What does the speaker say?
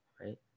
right